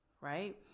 right